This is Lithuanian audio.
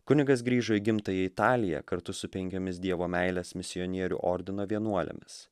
kunigas grįžo į gimtąją italiją kartu su penkiomis dievo meilės misionierių ordino vienuolėmis